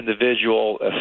individual